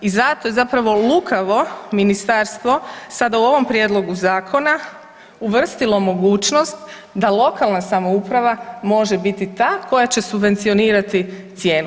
I zato je zapravo lukavo ministarstvo sada u ovom prijedlogu zakona uvrstilo mogućnost da lokalna samouprava može biti ta koja će subvencionirati cijenu.